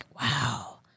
wow